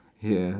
ya